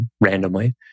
randomly